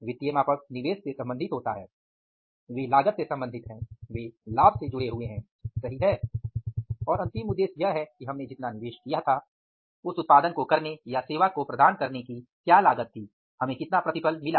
वित्तीय मापक निवेश से संबंधित हैं वे लागत से संबंधित हैं वे लाभ से संबंधित हैं सही है और अंतिम उद्देश्य यह है कि हमने कितना निवेश किया था उस उत्पादन को करने या सेवा को प्रदान करने की क्या लागत थी हमें कितना प्रतिफल मिला